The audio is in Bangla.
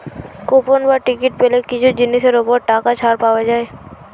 কুপন বা টিকিট পেলে কিছু জিনিসের ওপর টাকা ছাড় পাওয়া যায়